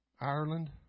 Ireland